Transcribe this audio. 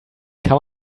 kann